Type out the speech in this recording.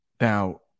now